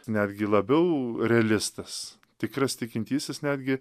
netgi labiau realistas tikras tikintysis netgi